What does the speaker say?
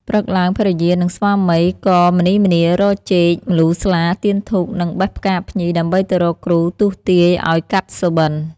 ព្រឹកឡើង ភរិយា និងស្វាមីក៏ម្នីម្នារកចេក ម្លូស្លា ទៀនធូប និងបេះផ្កាភ្ញី ដើម្បីទៅរកគ្រូទស្សន៍ទាយឱ្យកាត់សុបិន្ត។